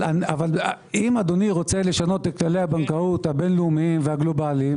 אבל אם אדוני רוצה לשנות את כללי הבנקאות הבין לאומיים והגלובליים,